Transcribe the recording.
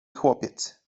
chłopiec